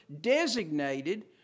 designated